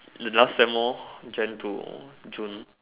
the last sem lor Jan to June